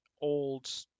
old